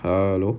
hello